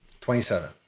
27